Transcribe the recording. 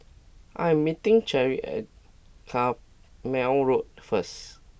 I am meeting Cheryle at Carpmael Road first